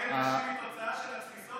היא אומרת שאלימות נגד נשים היא תוצאה של התפיסות